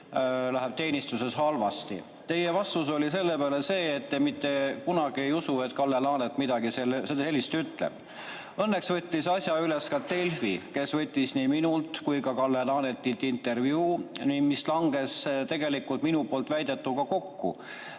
teenistuses halvasti. Te vastasite, et te mitte kunagi ei usu, et Kalle Laanet midagi sellist ütleks. Õnneks võttis asja üles ka Delfi, kes tegi nii minu kui ka Kalle Laanetiga intervjuu, mis langes tegelikult minu poolt väidetuga kokku.